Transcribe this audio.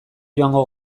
joango